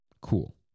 Cool